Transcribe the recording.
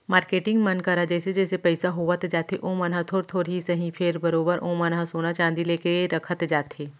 marketing मन करा जइसे जइसे पइसा होवत जाथे ओमन ह थोर थोर ही सही फेर बरोबर ओमन ह सोना चांदी लेके रखत जाथे